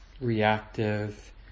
reactive